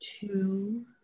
two